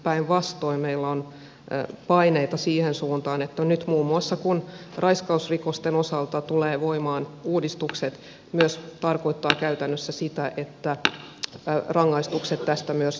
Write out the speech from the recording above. päinvastoin meillä on paineita siihen suuntaan että nyt kun muun muassa raiskausrikosten osalta tulee voimaan uudistuksia se myös tarkoittaa käytännössä sitä että rangaistukset tästä kovenevat